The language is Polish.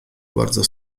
bardzo